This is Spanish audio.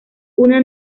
una